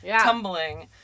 tumbling